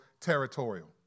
territorial